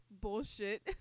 bullshit